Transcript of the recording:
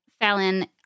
Fallon